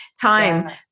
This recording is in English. time